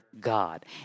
God